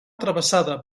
travessada